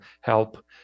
help